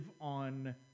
on